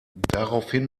daraufhin